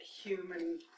human